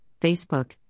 Facebook